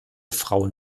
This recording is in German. frauen